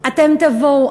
אתם תבואו,